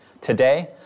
Today